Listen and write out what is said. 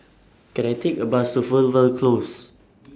Can I Take A Bus to Fernvale Close